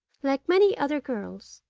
like many other girls,